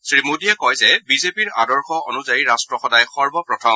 শ্ৰীমোদীয়ে কয় যে বিজেপিৰ আদৰ্শ অনুযায়ী ৰাট্ট সদায় সৰ্বপ্ৰথম